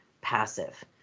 passive